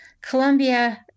Colombia